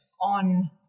on